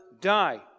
die